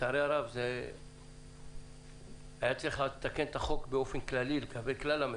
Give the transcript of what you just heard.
לצערי הרב היה צריך לתקן את החוק באופן כללי לגבי כלל המשק,